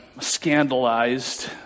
scandalized